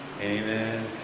amen